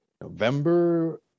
November